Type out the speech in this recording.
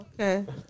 Okay